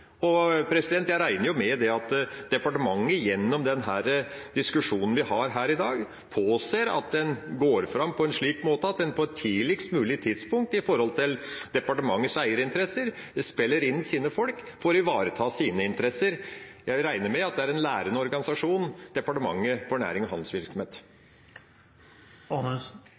og jeg regner med at departementet gjennom denne diskusjonen vi har her i dag, påser at en går fram på en slik måte at en på et tidligst mulig tidspunkt, for departementets eierinteresser, spiller inn sine folk for å ivareta sine interesser. Jeg regner med at departementet for næring og handelsvirksomhet er en lærende organisasjon. Jeg tolker det som et ja, og